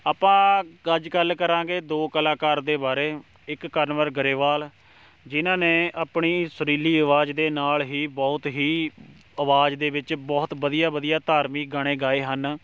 ਆਪਾਂ ਅੱਜ ਗੱਲ ਕਰਾਂਗੇ ਦੋ ਕਲਾਕਾਰ ਦੇ ਬਾਰੇ ਇੱਕ ਕਨਵਰ ਗਰੇਵਾਲ ਜਿਨ੍ਹਾਂ ਨੇ ਆਪਣੀ ਸੁਰੀਲੀ ਆਵਾਜ਼ ਦੇ ਨਾਲ਼ ਹੀ ਬਹੁਤ ਹੀ ਆਵਾਜ਼ ਦੇ ਵਿੱਚ ਬਹੁਤ ਵਧੀਆ ਵਧੀਆ ਧਾਰਮਿਕ ਗਾਣੇ ਗਾਏ ਹਨ